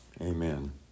Amen